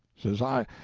says i,